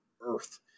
earth